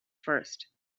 first